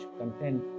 content